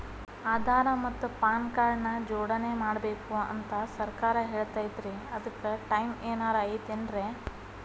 ಆಧಾರ ಮತ್ತ PAN card ನ ಜೋಡಣೆ ಮಾಡ್ಬೇಕು ಅಂತಾ ಸರ್ಕಾರ ಹೇಳೈತ್ರಿ ಅದ್ಕ ಟೈಮ್ ಏನಾರ ಐತೇನ್ರೇ?